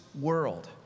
world